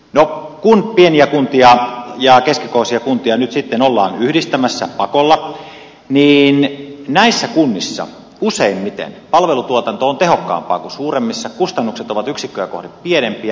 no kun pieniä kuntia ja keskikokoisia kuntia nyt sitten ollaan yhdistämässä pakolla niin näissä kunnissa useimmiten palvelutuotanto on tehokkaampaa kuin suuremmissa kustannukset ovat yksikköä kohden pienempiä